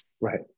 Right